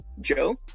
Joe